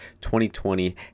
2020